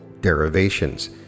derivations